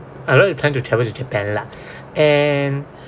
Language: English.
I would like to plan to travel to japan lah and